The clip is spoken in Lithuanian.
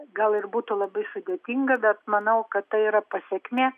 gal ir būtų labai sudėtinga bet manau kad tai yra pasekmė